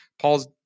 Paul's